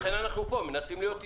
לכן אנחנו פה, מנסים להיות איתו.